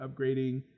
upgrading